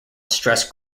stress